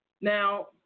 Now